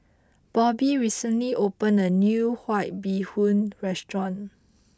Bobbi recently opened a new White Bee Hoon restaurant